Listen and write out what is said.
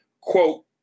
quote